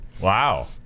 Wow